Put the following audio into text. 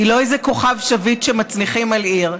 היא לא איזה כוכב שביט שמצניחים על עיר.